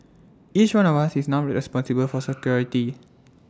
each one of us is now responsible for security